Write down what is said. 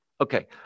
Okay